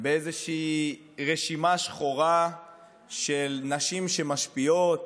באיזושהי רשימה שחורה של נשים שמשפיעות